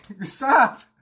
Stop